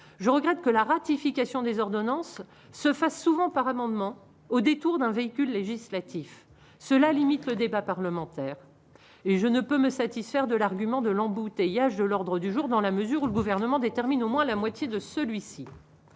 je regrette que la ratification des ordonnances se fassent souvent par amendement au détour d'un véhicule législatif cela limite le débat parlementaire et je ne peux me satisfaire de l'argument de l'embouteillage de l'ordre du jour, dans la mesure où le gouvernement détermine au moins la moitié de celui-ci,